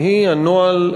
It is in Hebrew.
והיא הנוהל,